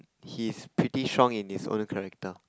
he is pretty strong in his all the character